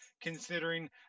considering